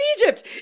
Egypt